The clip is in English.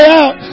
out